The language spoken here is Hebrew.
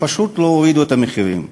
הם פשוט לא הורידו את המחירים,